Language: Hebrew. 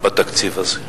בתקציב הזה.